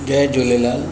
Jay Jhulelal